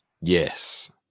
Yes